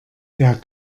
der